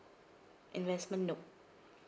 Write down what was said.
investment no